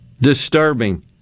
disturbing